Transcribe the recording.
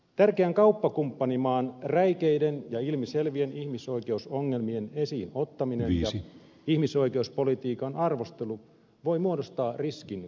tärkeän kauppakumppanimaan räikeiden ja ilmiselvien ihmisoikeusongelmien esiin ottaminen ja ihmissoikeuspolitiikan arvostelu voi muodostaa riskin kaupankäynnille